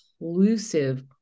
inclusive